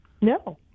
No